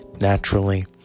naturally